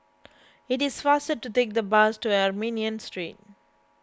it is faster to take the bus to Armenian Street